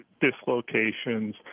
dislocations